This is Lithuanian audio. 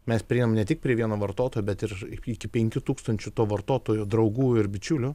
mes prieinam ne tik prie vieno vartotojo bet ir iki penkių tūkstančių to vartotojo draugų ir bičiulių